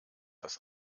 das